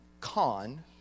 con